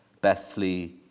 Bethlehem